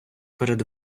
перед